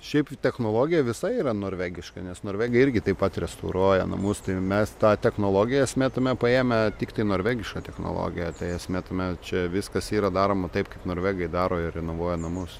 šiaip technologija visa yra norvegiška nes norvegai irgi taip pat restauruoja namus tai jau mes tą technologiją esmė tame paėmę tiktai norvegišką technologiją tai esmė tame čia viskas yra daroma taip kaip norvegai daro ir renovuoja namus